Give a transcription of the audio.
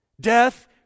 Death